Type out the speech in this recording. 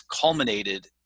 culminated